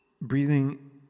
breathing